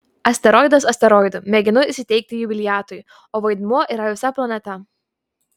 asteroidas asteroidu mėginu įsiteikti jubiliatui o vaidmuo yra visa planeta